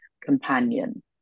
companion